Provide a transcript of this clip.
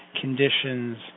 conditions